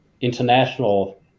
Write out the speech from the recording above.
international